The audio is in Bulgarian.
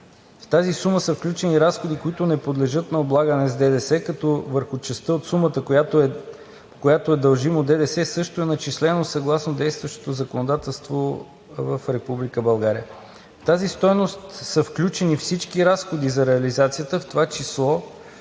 В тази сума са включени разходи, които не подлежат на облагане с ДДС, като върху частта от сумата, която е дължимо ДДС, също е начислено съгласно действащото законодателство в Република България. В тази стойност са включени всички разходи за реализацията, в това число